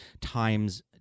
Times